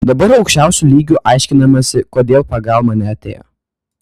dabar aukščiausiu lygiu aiškinamasi kodėl pagalba neatėjo